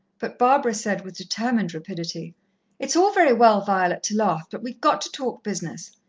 but barbara said with determined rapidity it's all very well, violet, to laugh, but we've got to talk business.